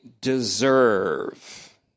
deserve